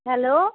hello